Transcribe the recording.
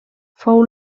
fou